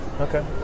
Okay